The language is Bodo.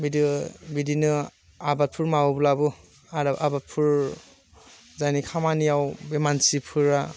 बिदियो बिदिनो आबादफोर मावोब्लाबो हाराव आबादफोर जायनि खामानियाव बे मानसिफोरा